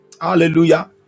hallelujah